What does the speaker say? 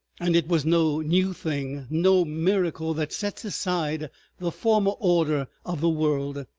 and it was no new thing, no miracle that sets aside the former order of the world.